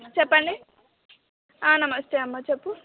చెప్పండి నమస్తే అమ్మ చెప్పు